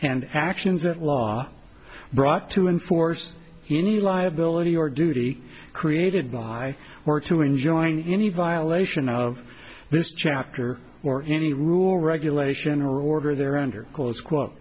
equity and actions that law brought to enforce any liability or duty created by or to enjoin any violation of this chapter or any rule regulation or order there under close